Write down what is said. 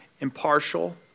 impartial